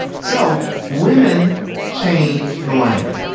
so women change the language.